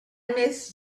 missed